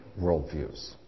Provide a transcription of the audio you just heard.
worldviews